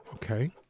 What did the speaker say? Okay